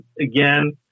Again